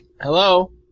Hello